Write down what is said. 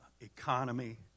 economy